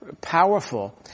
powerful